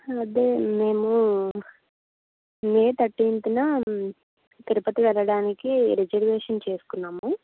అదే మేము మే తర్టీన్త్న తిరుపతి వెళ్ళడానికి రిజర్వేషన్ చేసుకున్నాము